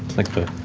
like the.